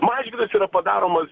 mažvydas yra padaromas